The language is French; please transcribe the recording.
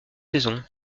saisons